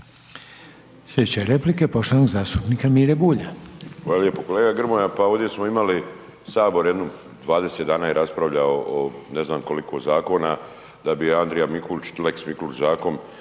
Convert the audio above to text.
Sljedeća replika, poštovanog zastupnika Mire Bulja.